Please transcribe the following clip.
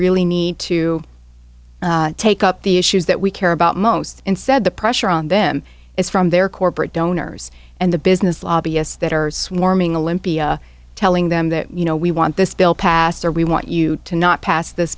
really need to take up the issues that we care about most instead the pressure on them is from their corporate donors and the business lobbyists that are swarming the limpia telling them that you know we want this bill passed or we want you to not pass th